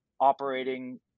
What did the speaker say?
operating